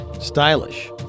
Stylish